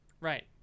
right